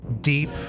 deep